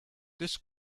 this